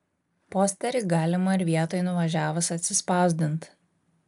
posterį galima ir vietoj nuvažiavus atsispausdint